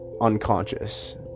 unconscious